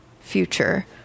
future